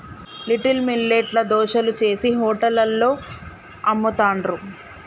little millet ల దోశలు చేశి హోటళ్లలో అమ్ముతాండ్రు